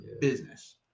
business